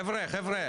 חבר'ה,